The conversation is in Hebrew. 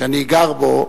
שאני גר בו,